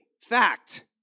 Fact